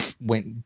went